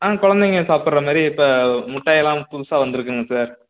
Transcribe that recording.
ஆ குலந்தைங்க சாப்புடுற மாதிரி இப்போ முட்டையெல்லாம் புதுசாக வந்துருக்குங்க சார்